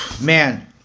man